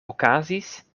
okazis